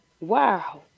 Wow